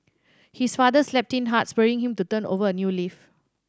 his father slapped him hard spurring him to turn over a new leaf